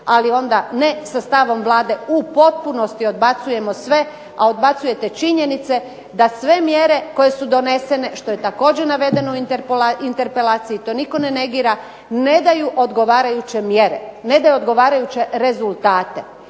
ali onda ne sa stavom Vlade u potpunosti odbacujemo sve, a odbacujete činjenice da sve mjere koje su donesene, što je također navedeno u interpelaciji, to nitko ne negira, ne daju odgovarajuće mjere. Ne daju odgovarajuće rezultate.